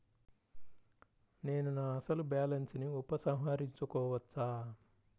నేను నా అసలు బాలన్స్ ని ఉపసంహరించుకోవచ్చా?